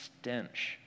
stench